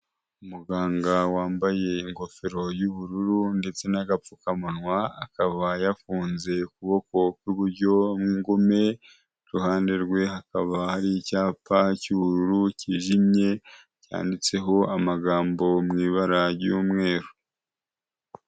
Umuganga wambaye ingofero y'ubururu ndetse n'agapfukamunwa akaba yafunze ukuboko kw'iburyo mo ingumi, iruhande rwe hakaba hari icyapa cy'ubururu kijimye cyanditseho amagambo mu ibara ry'umweru.